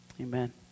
Amen